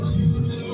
Jesus